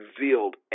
revealed